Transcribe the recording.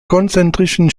konzentrischen